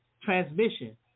transmission